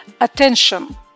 attention